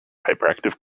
hyperactive